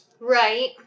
Right